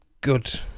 good